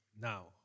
Now